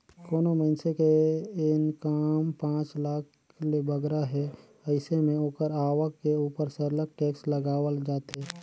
कोनो मइनसे के इनकम पांच लाख ले बगरा हे अइसे में ओकर आवक के उपर सरलग टेक्स लगावल जाथे